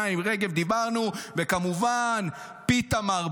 דיברנו על מירי רגב, קרעי,